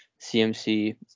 CMC